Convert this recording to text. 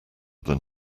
than